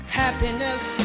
happiness